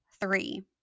three